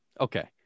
Okay